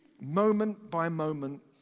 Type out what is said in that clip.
moment-by-moment